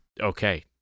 Okay